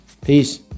Peace